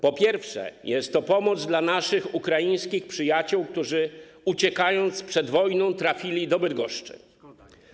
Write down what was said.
Po pierwsze, jest to pomoc dla naszych ukraińskich przyjaciół, którzy uciekając przed wojną, trafili do Bydgoszczy.